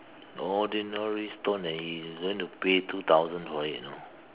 ordinary stone and he's gonna pay two thousand for it you know